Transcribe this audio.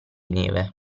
neve